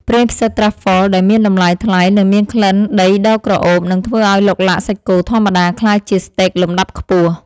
ប្រេងផ្សិតត្រាហ្វហ្វល (Truffle) ដែលមានតម្លៃថ្លៃនិងមានក្លិនដីដ៏ក្រអូបនឹងធ្វើឱ្យឡុកឡាក់សាច់គោធម្មតាក្លាយជាស្តេកលំដាប់ខ្ពស់។